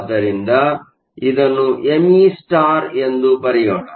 ಆದ್ದರಿಂದ ಇದನ್ನು M E star me ಎಂದು ಬರೆಯೋಣ